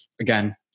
again